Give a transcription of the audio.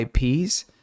ips